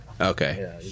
Okay